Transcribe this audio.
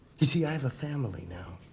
you see, i have a family now.